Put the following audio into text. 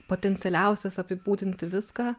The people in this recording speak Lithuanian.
potencialiausias apibūdinti viską